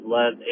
Let